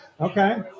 Okay